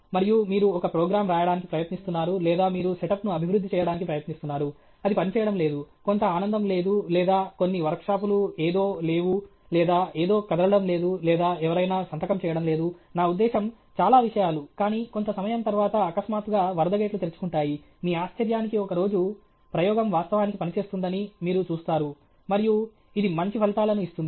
మరియు మీరు ఒక ప్రోగ్రామ్ రాయడానికి ప్రయత్నిస్తున్నారు లేదా మీరు సెటప్ను అభివృద్ధి చేయడానికి ప్రయత్నిస్తున్నారు అది పనిచేయడం లేదు కొంత ఆనందం లేదు లేదా కొన్ని వర్క్షాపులు ఏదో లేవు లేదా ఏదో కదలడం లేదు లేదా ఎవరైనా సంతకం చేయడం లేదు నా ఉద్దేశ్యం చాలా విషయాలు కానీ కొంత సమయం తరువాత అకస్మాత్తుగా వరద గేట్లు తెరుచుకుంటాయి మీ ఆశ్చర్యానికి ఒక రోజు ప్రయోగం వాస్తవానికి పని చేస్తుందని మీరు చూస్తారు మరియు ఇది మంచి ఫలితాలను ఇస్తుంది